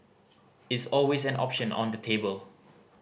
it's always an option on the table